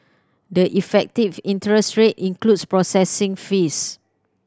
the effective interest rate includes processing fees